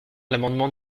l’amendement